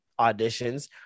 auditions